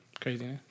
Crazy